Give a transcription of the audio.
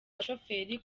abashoferi